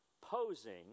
posing